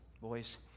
boys